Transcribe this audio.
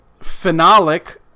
phenolic